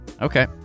Okay